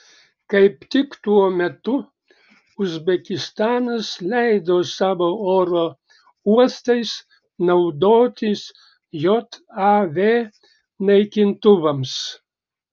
kaip tik tuo metu uzbekistanas leido savo oro uostais naudotis jav naikintuvams